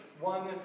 one